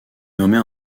nommée